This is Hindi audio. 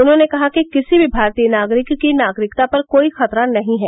उन्हॉने कहा कि किसी भी भारतीय नागरिक की नागरिकता पर कोई खतरा नही है